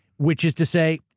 which is to say,